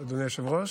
אדוני היושב-ראש,